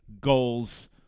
goals